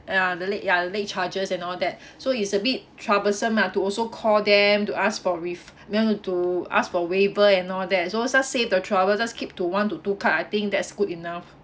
ya the late ya the late charges and all that so it's a bit troublesome ah to also call them to ask for ref~ no no to ask for waiver and all that so just save the trouble just keep to one to two card I think that's good enough